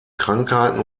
krankheiten